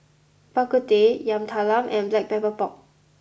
Bak Kut Teh Yam Talam and Black Pepper Pork